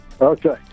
Okay